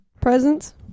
Presents